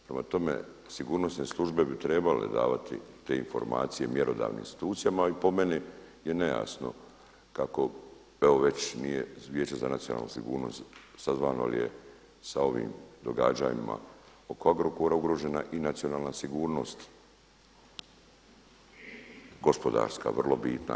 Prema tome, sigurnosne službe bi trebale davati te informacije mjerodavnim institucijama i po meni je nejasno kako evo već nije Vijeće za nacionalnu sigurnost sazvano jer je sa ovim događanjem oko Agrokora ugrožena i nacionalna sigurnost gospodarska vrlo bitna.